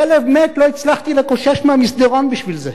כלב מת לא הצלחתי לקושש מהמסדרון בשביל זה.